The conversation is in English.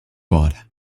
pot